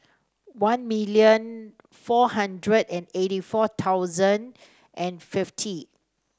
one million four hundred and eighty four thousand and fifty